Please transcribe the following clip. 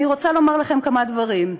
אני רוצה לומר לכם כמה דברים.